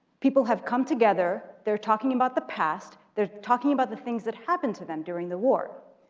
people have come together. they're talking about the past. they're talking about the things that happened to them during the war.